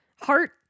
Heart